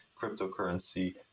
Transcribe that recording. cryptocurrency